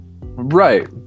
right